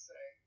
Say